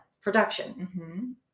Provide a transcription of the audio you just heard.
production